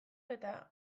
eta